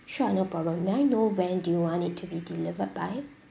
sure no problem may I know when do you want it to be delivered by